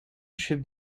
should